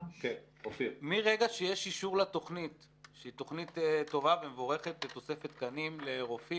כיוון שהם גזרו סגר על ישראל מבחינת תיירות מרפא,